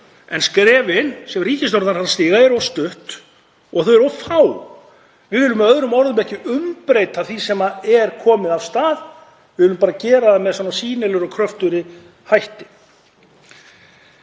en skrefin sem ríkisstjórnin er að stíga eru of stutt og þau eru of fá. Við viljum með öðrum orðum ekki umbreyta því sem er komið af stað. Við viljum bara gera það með sýnilegri og kröftugri hætti.